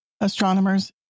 Astronomers